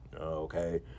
okay